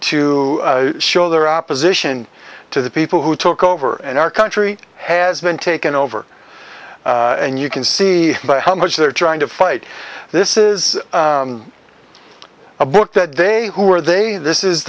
to show their opposition to the people who took over and our country has been taken over and you can see by how much they're trying to fight this is a book that they who are they this is